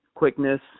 quickness